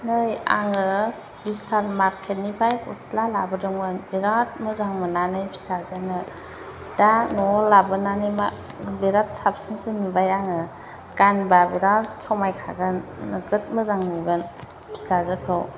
नै आङो बिशाल मार्केटनिफ्राय गस्ला लाबोदोंमोन बिराद मोजां नुनानै फिसाजोनो दा न'आव लाबोनानै मा बिराद साबसिनसो नुबाय आङो गानोबा बिराद समायखागोन नोगोद मोजां नुगोन फिसाजोखौ